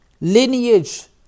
lineage